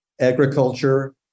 Agriculture